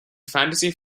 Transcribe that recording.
fantasy